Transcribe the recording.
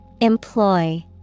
Employ